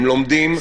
הם לומדים.